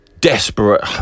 desperate